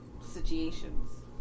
situations